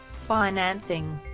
financing